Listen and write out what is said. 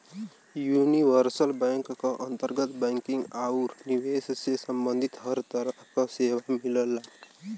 universal bank क अंतर्गत banking आउर निवेश से सम्बंधित हर तरह क सेवा मिलला